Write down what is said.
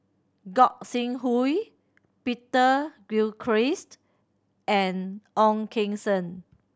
Gog Sing Hooi Peter Gilchrist and Ong Keng Sen